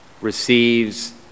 receives